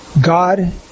God